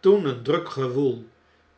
toen een druk gewoel